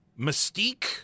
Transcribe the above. mystique